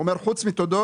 הוא אומר: חוץ מתודות